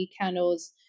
candles